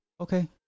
okay